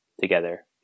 together